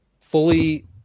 Fully